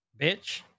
bitch